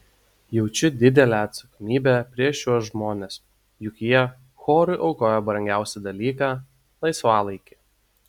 jaučiu didelę atsakomybę prieš šiuos žmones juk jie chorui aukoja brangiausią dalyką laisvalaikį